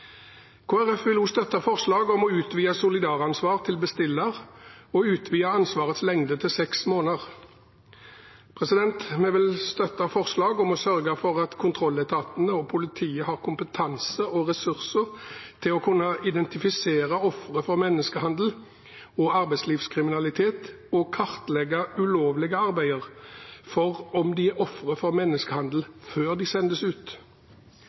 vil altså støtte forslag om å utvide solidaransvar til bestiller og utvide ansvarets lengde til seks måneder. Vi vil støtte forslag om å sørge for at kontrolletatene og politiet har kompetanse og ressurser til å kunne identifisere ofre for menneskehandel og arbeidslivskriminalitet, og å kartlegge ulovlige arbeidere for å se om de er ofre for menneskehandel før de sendes ut.